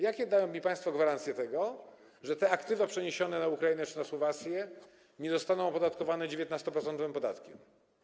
Jakie dają mu państwo gwarancje tego, że te aktywa przeniesione na Ukrainę czy na Słowację nie zostaną opodatkowane 19-procentowym podatkiem?